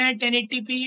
1080p